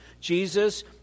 Jesus